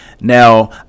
Now